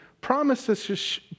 promises